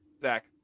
Zach